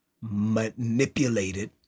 manipulated